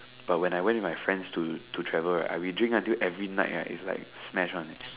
but when I went with my friends to to travel right I will drink until every night right is like smash one leh